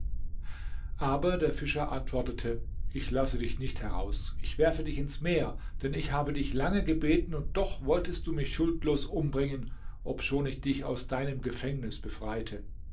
aber der fischer antwortete ich lasse dich nicht heraus ich werfe dich ins meer denn ich habe dich lange gebeten und doch wolltest du mich schuldlos umbringen obschon ich dich aus deinem gefängnis befreite